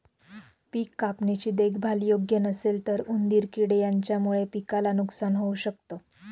पिक कापणी ची देखभाल योग्य नसेल तर उंदीर किडे यांच्यामुळे पिकाला नुकसान होऊ शकत